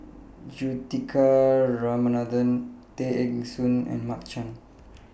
Juthika Ramanathan Tay Eng Soon and Mark Chan